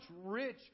rich